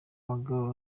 our